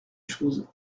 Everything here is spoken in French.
chose